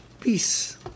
peace